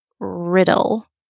riddle